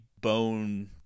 bone